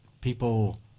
people